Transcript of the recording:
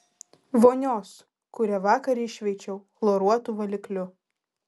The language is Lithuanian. vonios kurią vakar iššveičiau chloruotu valikliu